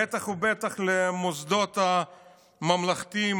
בטח ובטח למוסדות הממלכתיים,